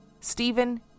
Stephen